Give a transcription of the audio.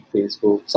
Facebook